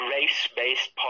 race-based